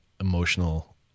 emotional